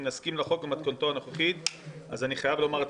לא יודע מה השיקולים שלכם, אבל זה נראה נורא.